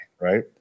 right